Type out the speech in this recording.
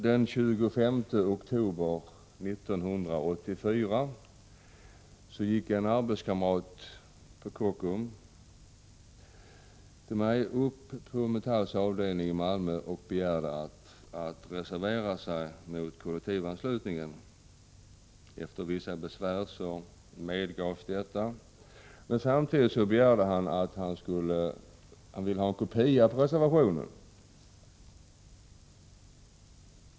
Den 25 oktober 1984 gick en arbetskamrat till mig på Kockums upp till Metalls avdelning i Malmö och begärde att få reservera sig mot kollektivanslutningen. Efter vissa besvärligheter medgavs detta, men samtidigt begärde han att få en kopia av reservationen.